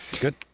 Good